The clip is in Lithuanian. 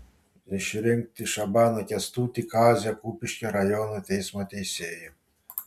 išrinkti šabaną kęstutį kazio kupiškio rajono teismo teisėju